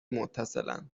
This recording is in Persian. متصلاند